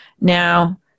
Now